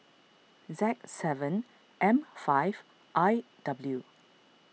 Z seven M five I W